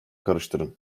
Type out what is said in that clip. karıştırın